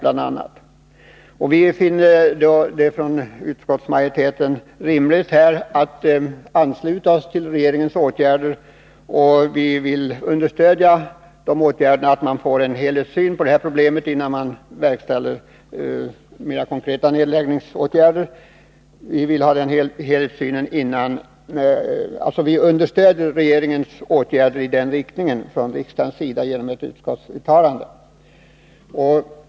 Från utskottsmajoritetens sida finner vi det rimligt att ansluta oss till regeringens åtgärd i den här frågan. Vi delar alltså uppfattningen att man bör skaffa sig en helhetssyn på problemet innan några konkreta nedläggningsåtgärder verkställs och har här föreslagit att riksdagen skall göra ett uttalande av den innebörden.